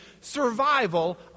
Survival